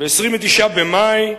ב-29 במאי,